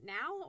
now